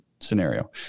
scenario